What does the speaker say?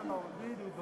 תודה רבה.